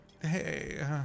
hey